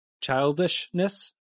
childishness